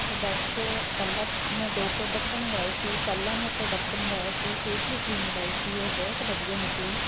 product ਪਹਿਲਾਂ ਮੈਂ ਦੋ ਪ੍ਰੋਡਕਟ ਮੰਗਵਾਏ ਸੀ ਪਹਿਲਾਂ ਮੈਂ ਪ੍ਰੋਡਕਟ ਮੰਗਵਾਇਆ ਸੀ ਫੇਸ ਲਈ ਕਰੀਮ ਮੰਗਵਾਈ ਸੀ ਉਹ ਬਹੁਤ ਵਧੀਆ ਨਿਕਲੀ